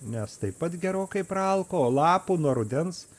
nes taip pat gerokai praalko o lapų nuo rudens